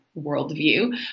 worldview